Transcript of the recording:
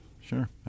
Sure